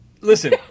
listen